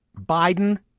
Biden